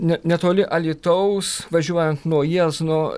ne netoli alytaus važiuojant nuo jiezno